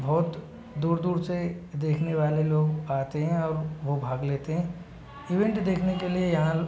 बहुत दूर दूर से देखने वाले लोग आते हैं और वह भाग लेते हैं इवेन्ट देखने के लिए यहाँ पर